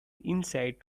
insight